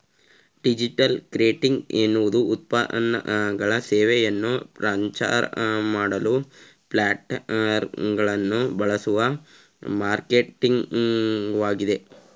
digital marketing ಎನ್ನುವುದುಉತ್ಪನ್ನಗಳು ಸೇವೆಯನ್ನು ಪ್ರಚಾರಮಾಡಲು ಪ್ಲಾಟ್ಫಾರ್ಮ್ಗಳನ್ನುಬಳಸುವಮಾರ್ಕೆಟಿಂಗ್ಘಟಕವಾಗಿದೆ